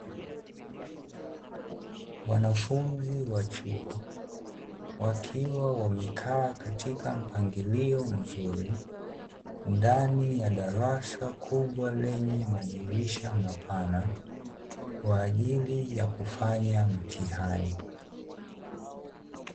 Wanafunzi wa chuo, wakiwa wamekaa katika mpangilio mzuri ndani ya darasa kubwa lenye madirisha mapana kwa ajili ya kufanya mtihani.